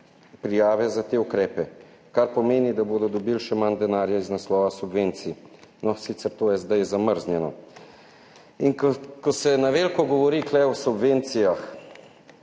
prijave za te ukrepe, kar pomeni, da bodo dobili še manj denarja iz naslova subvencij. No, sicer, to je zdaj zamrznjeno. Ko se na veliko govori tu o subvencijah